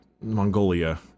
Mongolia